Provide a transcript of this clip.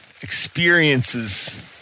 experiences